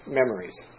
memories